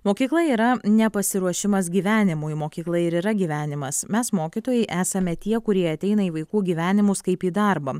mokykla yra ne pasiruošimas gyvenimui mokykla ir yra gyvenimas mes mokytojai esame tie kurie ateina į vaikų gyvenimus kaip į darbą